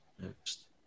Next